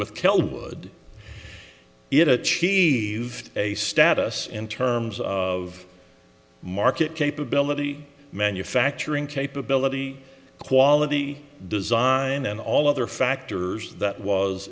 with kel would it achieve a status in terms of market capability manufacturing capability quality design and all other factors that was